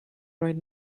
right